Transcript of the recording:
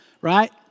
right